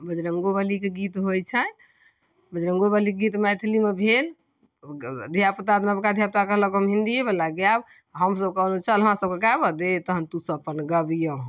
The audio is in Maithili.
बजरङ्गोवलीके गीत होइ छनि बजरङ्गोवली के गीत मैथिलीमे भेल धियापुता नबका धियापुता कहलक हम हिन्दियेवला गायब हमसब कहबै चल हमरा सबके गाबऽ दे तहन तू सब अपन गबिहऽ